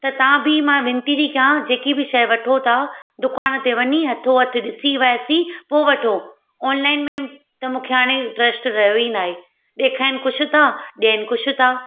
त तां बि मां विनती थी कयां जेकी बि शइ वठो था दुकान ते वञी हथो हथ ॾिसीं वियासीं पोइ वठो ऑनलाइन में त मूंखे हाणे ट्रस्ट रहियो ई नाहे ॾेखारीनि कुझु था ॾियनि कुझु था